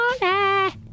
Money